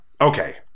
Okay